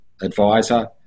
advisor